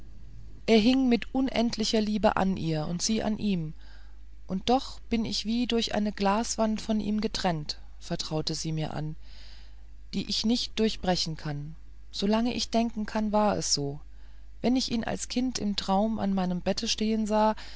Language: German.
er hing mit unendlicher liebe an ihr und sie an ihm und doch bin ich wie durch eine glaswand von ihm getrennt vertraute sie mir an die ich nicht durchbrechen kann solange ich denke war es so wenn ich ihn als kind im traum an meinem bette stehen sah